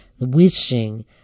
wishing